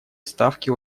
ставки